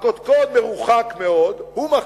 הקודקוד מרוחק מאוד, הוא מחליט,